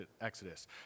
Exodus